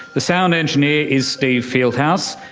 the sound engineer is steve fieldhouse.